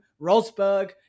Rosberg